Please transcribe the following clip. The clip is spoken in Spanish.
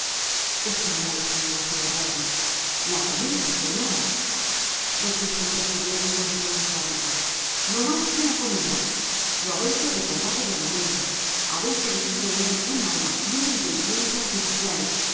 esclamó la señora so werberry la comida señora repuso el pertiguero con tono enfático no mas que la comida lo habeis sobrecargado de alimento habeis erijido en él un alma y una inteligencia artificiales